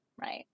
right